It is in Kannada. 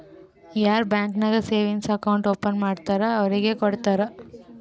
ಯಾರ್ ಬ್ಯಾಂಕ್ ನಾಗ್ ಸೇವಿಂಗ್ಸ್ ಅಕೌಂಟ್ ಓಪನ್ ಮಾಡ್ತಾರ್ ಅವ್ರಿಗ ಕೊಡ್ತಾರ್